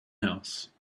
house